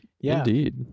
Indeed